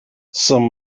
some